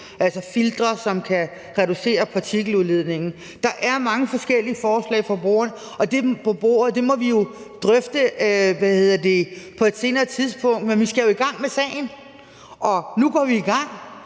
altså filtre, som kan reducere partikeludledningen. Der er mange forskellige forslag på bordet, og det må vi jo drøfte på et senere tidspunkt. Men vi skal jo i gang med sagen, og nu går vi i gang,